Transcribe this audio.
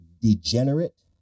degenerate